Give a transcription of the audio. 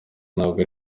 ntabwo